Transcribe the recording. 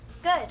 Good